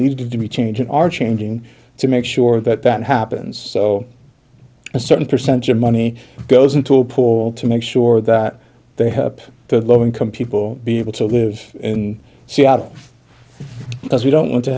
need to be changing are changing to make sure that that happens so a certain percentage of money goes into poor to make sure that they have low income people be able to live in seattle as we don't want to